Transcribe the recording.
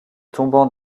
tombant